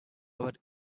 over